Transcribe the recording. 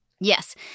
Yes